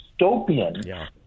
dystopian